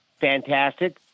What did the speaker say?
Fantastic